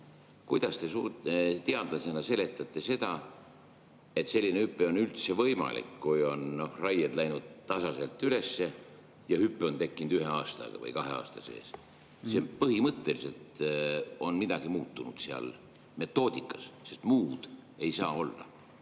Kuidas te teadlasena seletate seda, et selline hüpe on üldse võimalik, kui raied on läinud tasaselt üles ja hüpe on tekkinud ühe või kahe aastaga? Põhimõtteliselt on midagi muutunud metoodikas, sest muu ei saa olla